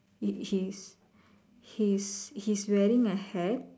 he's he's he's wearing a hat